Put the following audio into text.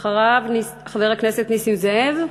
אחריו, חבר הכנסת נסים זאב,